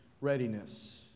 readiness